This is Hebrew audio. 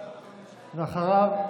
ואחריו,